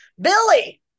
billy